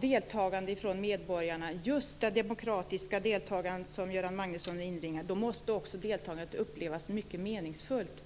det gäller att få medborgarna att delta. Det handlar just om det demokratiska deltagande som Göran Magnusson inringar. Då måste också deltagandet upplevas som mycket meningsfullt.